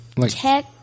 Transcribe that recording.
tech